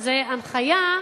שהיא הנחיה,